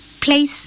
place